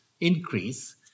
increase